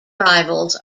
rivals